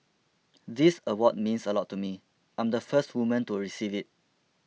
this award means a lot to me I'm the first woman to receive it